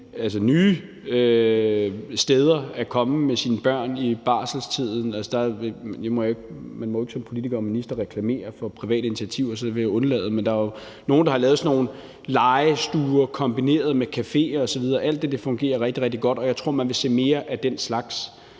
komme nye steder med børn i barselstiden. Man må ikke som politiker og minister reklamere for private initiativer, så det vil jeg undlade, men der er jo nogle, der har lavet sådan nogle legestuer kombineret med café osv. Alt det fungerer rigtig, rigtig godt, og jeg tror, at man vil se mere af den slags